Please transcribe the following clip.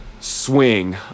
swing